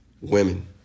Women